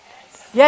Yes